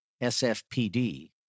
SFPD